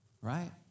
right